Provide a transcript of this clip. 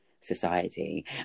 society